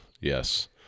Yes